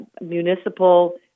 municipal